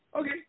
okay